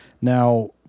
Now